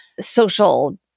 social